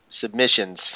submissions